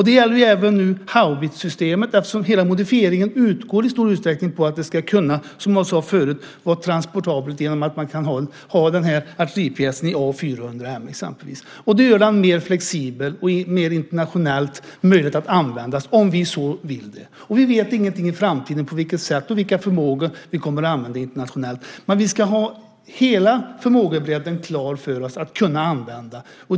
Det gäller nu även haubitssystemet, eftersom hela modifieringen i stor utsträckning utgår ifrån att det, som sades förut, ska vara transportabelt genom att man kan ha artilleripjäsen i A400M, exempelvis. Det gör den mer flexibel och mer möjlig att använda internationellt, om vi så vill. Vi vet ingenting om framtiden och på vilket sätt och med vilken förmåga vi kommer att agera internationellt, men vi ska ha hela förmågebredden klar för oss och kunna använda den.